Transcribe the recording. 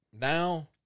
Now